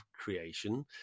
creation